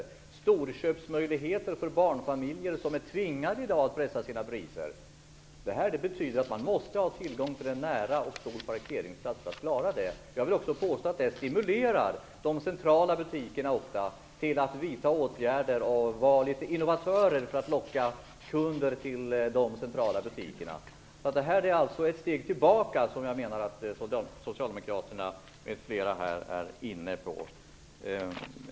Detta innebär storköpsmöjligheter för barnfamiljer, som i dag är tvingade att pressa sina priser. För att familjerna skall klara dessa storköp måste de ha tillgång till en nära och stor parkeringsplats. Jag vill också påstå att detta ofta stimulerar de centralt belägna butikerna till att vidta åtgärder och vara litet av innovatörer för att locka kunder till sina butiker. Det Socialdemokraterna och en del andra här är inne på är, menar jag, ett steg tillbaka.